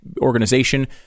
organization